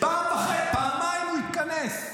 פעם וחצי פעמיים הוא התכנס.